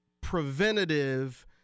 preventative